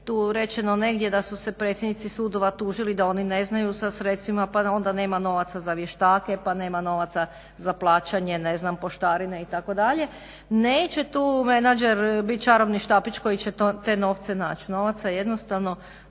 tu rečeno negdje da su se predsjednici sudova tužili da oni ne znaju sa sredstvima pa da onda nema novaca za vještake, pa nema novaca za plaćanje ne znam poštarina itd. Neće tu menadžer biti čarobni štapić koji će to novce naći.